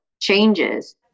changes